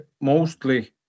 mostly